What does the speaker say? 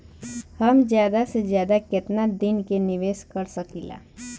हम ज्यदा से ज्यदा केतना दिन के निवेश कर सकिला?